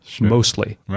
mostly